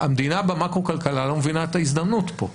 המדינה במקרו כלכלה לא מבינה את ההזדמנות פה.